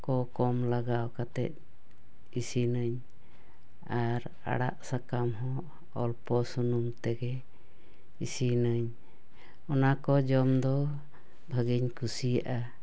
ᱠᱚ ᱠᱚᱢ ᱞᱟᱜᱟᱣ ᱠᱟᱛᱮ ᱤᱥᱤᱱᱟᱹᱧ ᱟᱨ ᱟᱲᱟᱜ ᱥᱟᱠᱟᱢ ᱦᱚᱸ ᱚᱞᱯᱚ ᱥᱩᱱᱩᱢ ᱛᱮᱜᱮ ᱤᱥᱤᱱᱟᱹᱧ ᱚᱱᱟ ᱠᱚ ᱡᱚᱢ ᱫᱚ ᱵᱦᱟᱹᱜᱤᱧ ᱠᱩᱥᱤᱭᱟᱜᱼᱟ